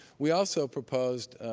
we also proposed